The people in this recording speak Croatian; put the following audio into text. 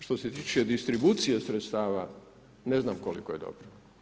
Što se tiče distribucije sredstava ne znam koliko je dobro.